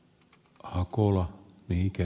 herra puhemies